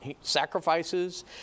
sacrifices